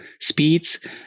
speeds